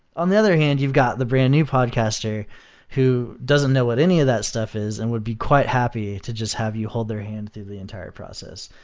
on the other hand, you've got the brand new podcaster who doesn't know what any of that stuff is and would be quite happy to just have you hold their hand through the entire process.